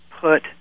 put